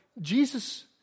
Jesus